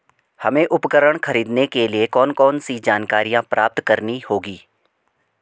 हमें उपकरण खरीदने के लिए कौन कौन सी जानकारियां प्राप्त करनी होगी?